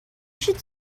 should